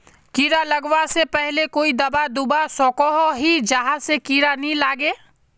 कीड़ा लगवा से पहले कोई दाबा दुबा सकोहो ही जहा से कीड़ा नी लागे?